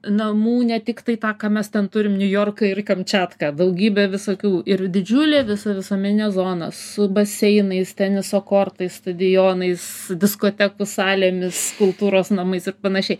namų ne tik tai tą ką mes ten turim niujorką ir kamčiatką daugybę visokių ir didžiulė visa visuomeninė zona su baseinais teniso kortais stadionais diskotekų salėmis kultūros namais ir panašiai